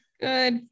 Good